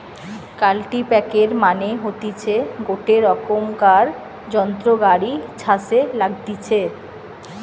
কাল্টিপ্যাকের মানে হতিছে গটে রোকমকার যন্ত্র গাড়ি ছাসে লাগতিছে